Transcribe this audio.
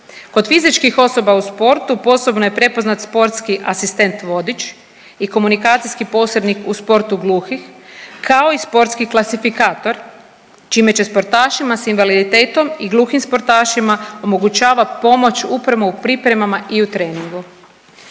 Kod fizičkih osoba u sportu posebno je prepoznat sportski asistent vodič i komunikacijski posrednih u sportu gluhih kao i sportski klasifikator čime će sportašima sa invaliditetom i gluhim sportašima omogućava pomoć upravo u pripremama i u treningu.